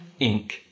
Inc